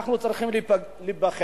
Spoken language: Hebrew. אנחנו צריכים להיבחר,